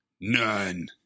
None